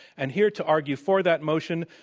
and here to argue for that motion,